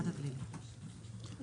החברה אתפרקה אבל יש אלטרנטיבה, לא?